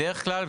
בדרך כלל,